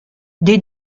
des